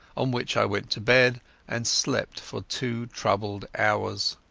on which i went to bed and slept for two troubled hours.